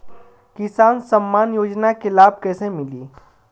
किसान सम्मान योजना के लाभ कैसे मिली?